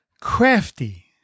Crafty